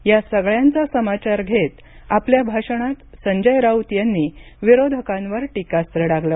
या सगळ्यांचा समाचार घेत आपल्या भाषणात संजय राऊत यांनी विरोधकांवर टीकास्त्र डागलं